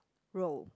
row